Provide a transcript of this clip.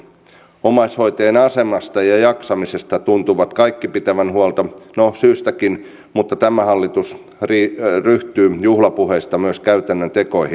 omaishoitajien asemasta ja jaksamisesta tuntuvat kaikki pitävän huolta no syystäkin mutta tämä hallitus ryhtyy juhlapuheista myös käytännön tekoihin